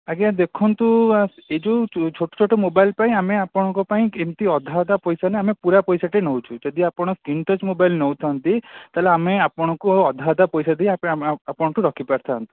ଆଜ୍ଞା ଦେଖନ୍ତୁ ଏ ଯେଉଁ ଛୋଟ ଛୋଟ ମୋବାଇଲ୍ ପାଇଁ ଆମେ ଆପଣଙ୍କ ପାଇଁ କେମତି ଅଧା ଅଧା ପଇସା ନେ ପୁରା ପଇସାଟା ନେଉଛୁ ଯଦି ଆପଣ ସ୍କ୍ରିନ୍ ଟଚ୍ ମୋବାଇଲ୍ ନେଉଥାନ୍ତି ତା'ହେଲେ ଆମେ ଆପଣଙ୍କୁ ଅଧା ଅଧା ପଇସା ଦେଇ ଆମେ ଆପଣଙ୍କଠୁ ରଖିପାରିଥାନ୍ତୁ